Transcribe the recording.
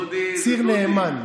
ציר נאמן.